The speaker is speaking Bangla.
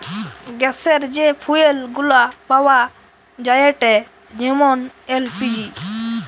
গ্যাসের যে ফুয়েল গুলা পাওয়া যায়েটে যেমন এল.পি.জি